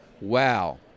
wow